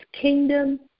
kingdom